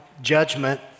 judgment